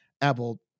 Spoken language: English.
Apple